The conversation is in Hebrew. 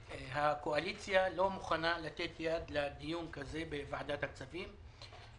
הקואליציה לא מוכנה לתת יד לדיון כזה בוועדת הכספים.